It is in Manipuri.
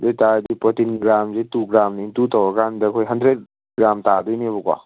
ꯑꯗꯨ ꯑꯣꯏꯇꯥꯗꯤ ꯄ꯭ꯔꯣꯇꯤꯟ ꯒ꯭ꯔꯥꯝꯁꯦ ꯇꯨ ꯒ꯭ꯔꯥꯝꯅ ꯏꯟꯇꯨ ꯇꯧꯔꯀꯥꯟꯗ ꯑꯩꯈꯣꯏ ꯍꯟꯗ꯭ꯔꯦꯗ ꯒ꯭ꯔꯥꯝ ꯇꯥꯗꯣꯏꯅꯦꯕꯀꯣ